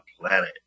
planet